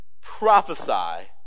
prophesy